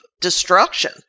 destruction